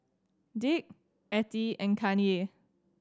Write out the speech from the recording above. Dick Ettie and Kanye